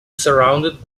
surrounded